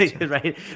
Right